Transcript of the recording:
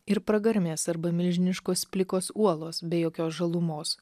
ir pragarmės arba milžiniškos plikos uolos be jokios žalumos